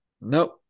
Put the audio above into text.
Nope